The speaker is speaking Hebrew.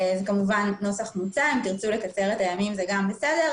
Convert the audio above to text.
אם תרצו לקצר את הימים, זה גם בסדר.